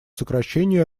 сокращению